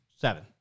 Seven